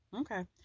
Okay